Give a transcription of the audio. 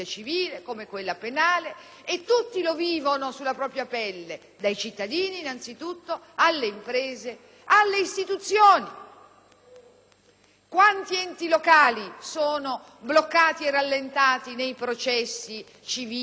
alle istituzioni. Quanti enti locali sono bloccati e rallentati nei processi civili ed amministrativi? Quante imprese subiscono danni da una giustizia civile che non funziona